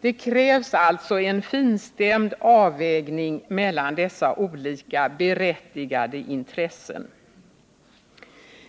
Det krävs alltså en finstämd avvägning mellan dessa olika berättigade intressen.